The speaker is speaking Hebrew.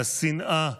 השנאה,